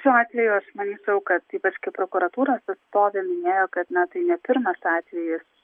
šiuo atveju aš manyčiau kad ypač kaip prokuratūros atstovė minėjo kad na tai ne pirmas atvejis